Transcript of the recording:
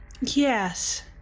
Yes